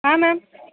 ಹಾಂ ಮ್ಯಾಮ್